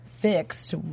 fixed